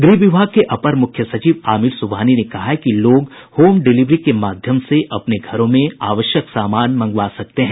गृह विभाग के अपर मुख्य सचिव आमिर सुबहानी ने कहा है कि लोग होम डिलिवरी के माध्यम से अपने घरों में आवश्यक सामान मांगवा सकते हैं